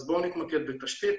אז בואו נתמקד בתשתית,